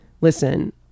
listen